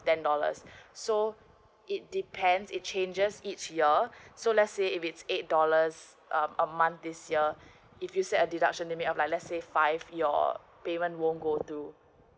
ten dollars so it depends it changes each year so let's say if it's eight dollars a month this year if you set a deduction limit of like let's say five your payment won't go through